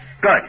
Good